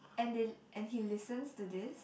and they and he listens to this